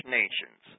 nations